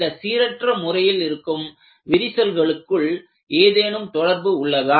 இந்த சீரற்ற முறையில் இருக்கும் விரிசல்களுக்குள் ஏதேனும் தொடர்பு உள்ளதா